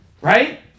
Right